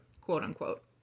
quote-unquote